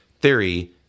theory